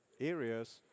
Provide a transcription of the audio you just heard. areas